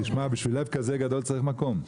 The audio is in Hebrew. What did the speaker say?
בשביל לב כזה גדול צריך מקום.